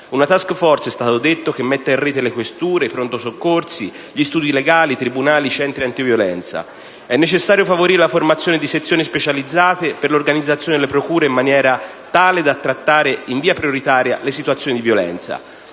una *task force* - è stato detto - che metta in rete le questure, i pronto soccorsi, gli studi legali, i tribunali, i centri antiviolenza. È necessario favorire la formazione di sezioni specializzate per l'organizzazione delle procure, in maniera tale da trattare in via prioritaria le situazioni di violenza.